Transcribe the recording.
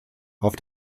auf